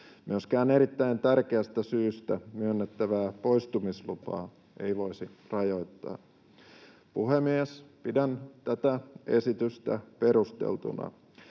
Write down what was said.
Myöskään erittäin tärkeästä syystä myönnettävää poistumislupaa ei voisi rajoittaa. Puhemies! Pidän tätä esitystä perusteltuna.